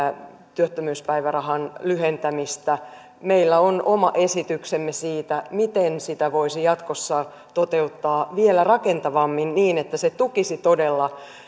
työttömyyspäivärahan lyhentämistä meillä on oma esityksemme siitä miten sitä voisi jatkossa toteuttaa vielä rakentavammin niin että se tukisi todella